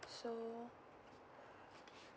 so